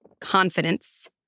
confidence